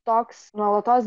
toks nuolatos